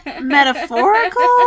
metaphorical